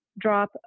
drop